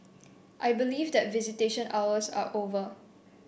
I believe that visitation hours are over